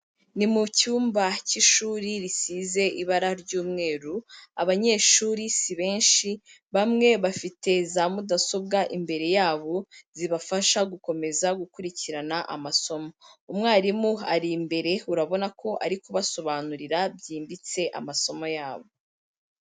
Ni mu cyumba cy'ishuri risize ibara ry'umweru, abanyeshuri si benshi, bamwe bafite za mudasobwa imbere yabo, zibafasha gukomeza gukurikirana amasomo, umwarimu ari imbere urabona ko ari kubasobanurira byimbitse amasomo yabo.